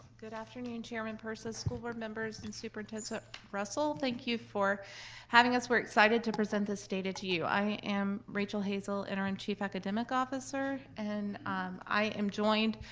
good afternoon, chairman, persons, school board members, and superintendent russell. thank you for having us. we're excited to present this data to you. i am rachael hazel, interim chief academics officer. and i am joined